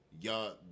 y'all